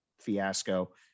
fiasco